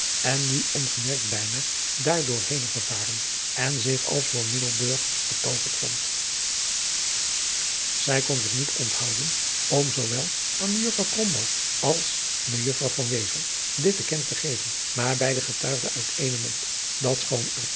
en nu ongemerkt bijna daar door henen gevaren en zich als voor adriaan loosjes pzn het leven van hillegonda buisman middelburg getooverd vond zij kon zich niet onthouden om zoo wel aan mejuffrouw krombalg als mejuffrouw van wezel dit te kennen te geven maar beiden getuigden uit éénen mond dat schoon